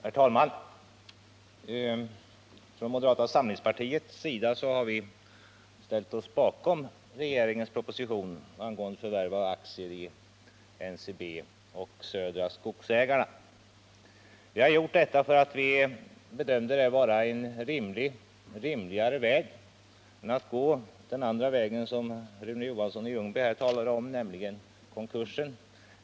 Herr talman! Vi i moderata samlingspartiet har ställt oss bakom regeringens proposition om förvärv av aktier i NCB och Södra Skogsägarna. Vi har gjort detta därför att vi bedömt det vara en rimligare väg att gå än den andra vägen, som Rune Johansson i Ljungby här talade om, nämligen konkursen.